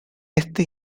este